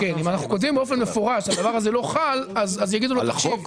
אם אנחנו כותבים באופן מפורש שהדבר הזה לא חל אז יגידו לו: תקשיב,